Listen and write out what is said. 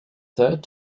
third